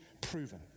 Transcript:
proven